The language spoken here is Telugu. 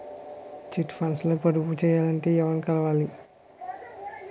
చిట్ ఫండ్స్ లో పొదుపు చేయాలంటే ఎవరిని కలవాలి?